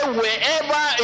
wherever